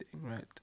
right